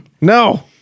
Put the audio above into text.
No